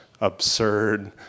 absurd